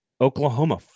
Oklahoma